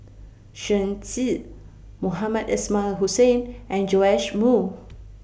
Shen Xi Mohamed Ismail Hussain and Joash Moo